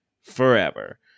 forever